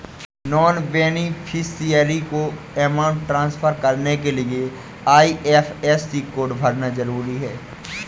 non beneficiary को amount transfer करने के लिए आई.एफ.एस.सी कोड भरना जरूरी है